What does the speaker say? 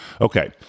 Okay